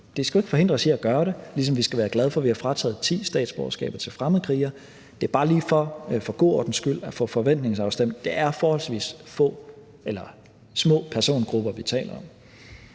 Det skal jo ikke forhindre os i at gøre det, ligesom vi skal være glade for, at vi har taget ti statsborgerskaber fra fremmedkrigere. Men det er bare lige for for en god ordens skyld at få forventningsafstemt, at det er forholdsvis små persongrupper, vi taler om.